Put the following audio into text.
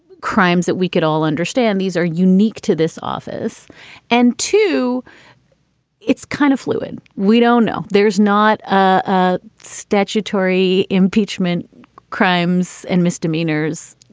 crimes that we could all understand these are unique to this office and to it's kind of fluid. we don't know. there's not ah statutory impeachment crimes and misdemeanors.